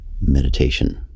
meditation